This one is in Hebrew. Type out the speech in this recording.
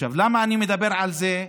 עכשיו, למה אני מדבר על זה,